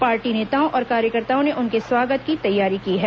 party नेताओं और कार्यक्रताओं ने उनके स्वागत की जोरदार तैयारी की है